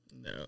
No